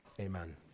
Amen